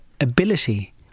ability